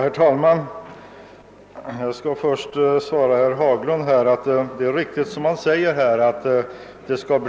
Herr talman! Det är riktigt, herr Haglund, att SVETAB